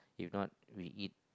if not we eat